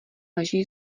leží